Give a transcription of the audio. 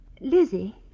Lizzie